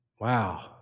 Wow